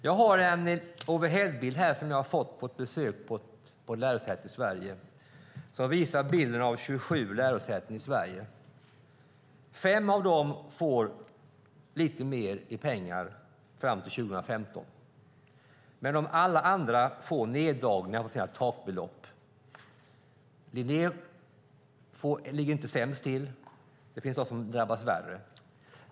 Jag har en overheadbild här som jag har fått på ett besök på ett lärosäte i Sverige som visar 27 lärosäten i Sverige. Fem av dem får lite mer i pengar fram till 2015, men alla andra får neddragningar av sina takbelopp. Linnéuniversitetet ligger inte sämst till. Det finns de som drabbas värre.